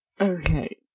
okay